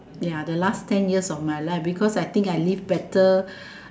yeah the last ten years of my life because I think I live better